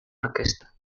orquesta